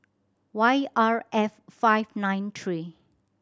Y R F five nine three